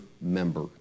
member